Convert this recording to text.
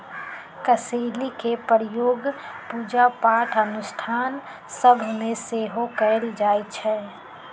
कसेलि के प्रयोग पूजा पाठ अनुष्ठान सभ में सेहो कएल जाइ छइ